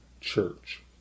church